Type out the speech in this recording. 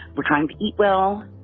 we're trying to eat well.